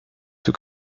two